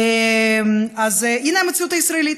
אז הינה המציאות הישראלית.